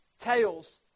tails